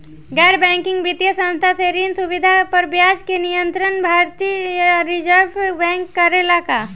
गैर बैंकिंग वित्तीय संस्था से ऋण सुविधा पर ब्याज के नियंत्रण भारती य रिजर्व बैंक करे ला का?